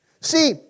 See